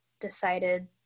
decided